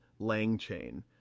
LangChain